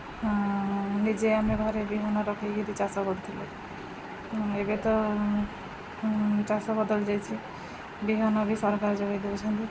ନିଜେ ଆମେ ଘରେ ବିହନ ରଖିକରି ଚାଷ କରୁଥିଲୁ ଏବେ ତ ଚାଷ ବଦଳିଯାଇଛି ବିହନ ବି ସରକାର ଯୋଗାଇ ଦେଉଛନ୍ତି